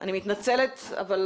אני מתנצלת, אבל